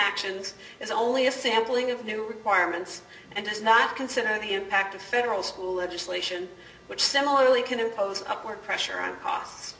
actions is only a sampling of new requirements and does not consider the impact of federal school legislation which similarly can impose upward pressure on costs